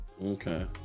Okay